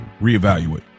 reevaluate